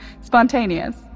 spontaneous